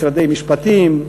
משרדי משפטים,